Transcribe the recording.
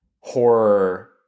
horror